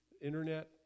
Internet